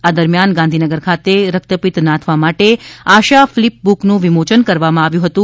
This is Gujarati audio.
આ દરમિયાન ગાંધીનગર ખાતે રક્તપિત્ત નાથવા માટે આશા ફ્લીપ બુકનું વિમોચન કરવામાં આવ્યું હતું